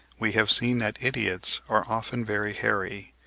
we have seen that idiots are often very hairy,